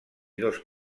dos